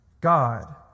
God